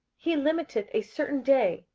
he limiteth a certain day,